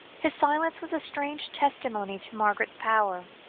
his silence was a strange testimony to margaret's power,